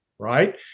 Right